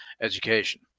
education